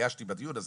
התביישתי בדיון הזה,